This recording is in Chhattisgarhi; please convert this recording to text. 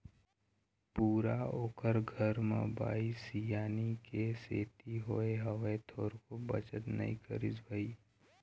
पूरा ओखर घर म बाई सियानी के सेती होय हवय, थोरको बचत नई करिस भई